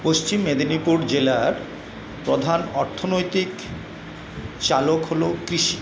পশ্চিম মেদিনীপুর জেলার প্রধান অর্থনৈতিক চালক হল কৃষি